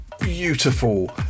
beautiful